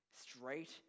straight